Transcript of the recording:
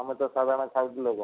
ଆମେ ତ ସାଧାରଣ ଲୋକ